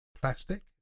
plastic